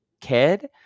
kid